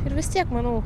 ir vis tiek manau